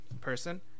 person